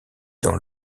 dans